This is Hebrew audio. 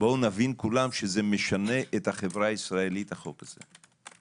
בואו נבין, שזה משנה את החברה הישראלית החוק הזה.